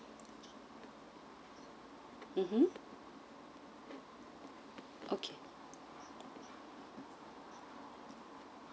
mmhmm okay